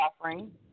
offering